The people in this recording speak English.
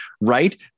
right